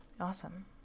Awesome